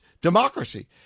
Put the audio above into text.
democracy